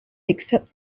except